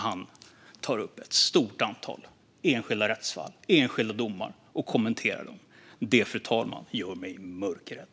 Han tar upp ett stort antal enskilda rättsfall och enskilda domar och kommenterar dem. Det, fru talman, gör mig mörkrädd.